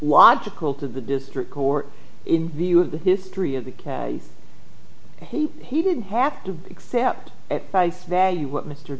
logical to the district court in view of the history of the case he he didn't have to accept at face value what mr